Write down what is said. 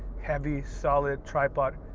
heavy solid tripod.